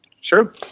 Sure